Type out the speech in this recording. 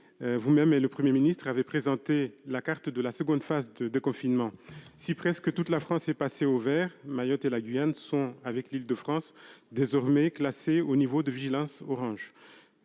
vous-même, monsieur le ministre, avez présenté la carte de la seconde phase du déconfinement. Si presque toute la France est passée au vert, Mayotte et la Guyane sont, avec l'Île-de-France, désormais classées au niveau de vigilance orange.